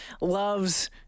loves